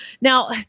now